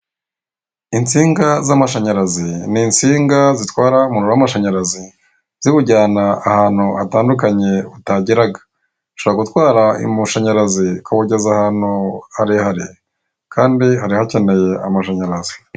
Insinga z'amashanyarazi ni insinga zitwara umuriro w'amashanyarazi ziwujyana ahantu hatandukanye utageraga, ushobora gutwara amashanyarazi ukawugeza ahantu harehare kandi hari hakeneye amashanyarazi.